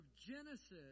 Genesis